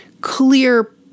clear